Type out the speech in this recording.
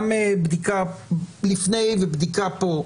גם בדיקה לפני ובדיקה כאן,